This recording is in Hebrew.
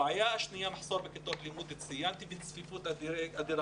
הבעיה השנייה היא מחסור בכיתות לימוד וציינתי את הצפיפות האדירה.